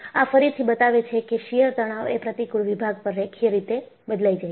આ ફરીથી બતાવે છે કે શીયરતણાવ એ પ્રતિકુળ વિભાગ પર રેખીય રીતે બદલાય જાય છે